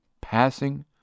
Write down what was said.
passing